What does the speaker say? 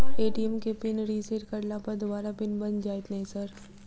ATM केँ PIN reset करला पर दोबारा पिन बन जाइत नै सर?